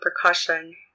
precaution